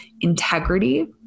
integrity